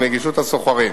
לנגישות הסוחרים.